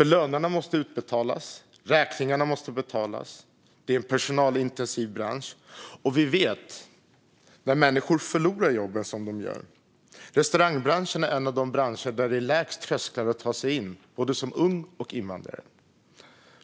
Lönerna måste ju betalas ut, och räkningar måste betalas. Det här är en personalintensiv bransch. Vi vet att människor förlorar sina jobb där. Restaurangbranschen är en av de branscher med lägst trösklar för att ta sig in, både som ung och som invandrare.